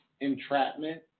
entrapment